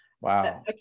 Wow